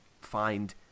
find